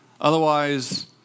Otherwise